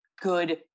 good